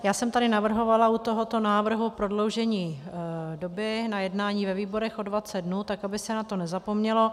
Já jsem tady navrhovala u tohoto návrhu prodloužení doby na jednání ve výborech o 20 dnů, tak aby se na to nezapomnělo.